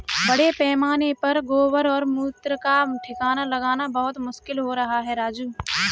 बड़े पैमाने पर गोबर और मूत्र का ठिकाना लगाना बहुत मुश्किल हो रहा है राजू